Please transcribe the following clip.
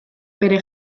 bere